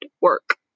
work